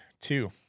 Two